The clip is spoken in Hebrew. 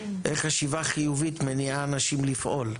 איך חשיבה חיובית מניעה אנשים לפעול?